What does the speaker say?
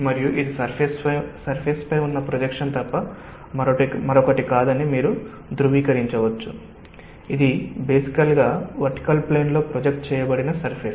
మరియు ఇది సర్ఫేస్ పై ఉన్న ప్రొజెక్షన్ తప్ప మరొకటి కాదని మీరు ధృవీకరించవచ్చు ఇది బేసికల్ గా వర్టికల్ ప్లేన్ లో ప్రొజెక్ట్ చేయబడిన సర్ఫేస్